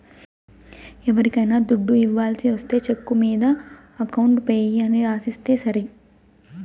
ఎవరికైనా దుడ్డు ఇవ్వాల్సి ఒస్తే చెక్కు మీద అకౌంట్ పేయీ అని రాసిస్తే సరి